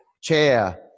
chair